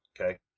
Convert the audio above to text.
Okay